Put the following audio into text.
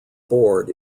board